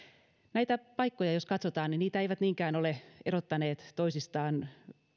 näitä paikkoja katsotaan niin niitä eivät niinkään ole erottaneet toisistaan